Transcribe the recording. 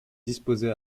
disposer